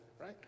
right